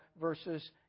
versus